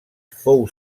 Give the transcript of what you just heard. fou